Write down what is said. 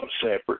separate